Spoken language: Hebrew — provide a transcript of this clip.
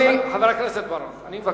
חבר הכנסת בר-און, אני מבקש.